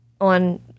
on